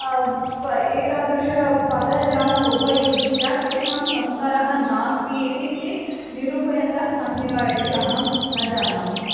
एतादृशपदजालम् उपयुज्य तेषां संस्कारः नास्ति इति ते निरूपयन्तः सन्ति वा इति अहं न जानामि